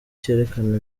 cyerekana